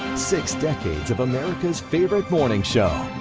six decades of america's favorite morning show.